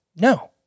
No